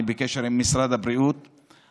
אני בקשר עם משרד הבריאות,